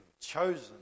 chosen